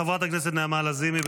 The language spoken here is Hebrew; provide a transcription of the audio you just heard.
חברת הכנסת נעמה לזימי,